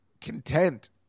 content